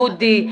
דודי,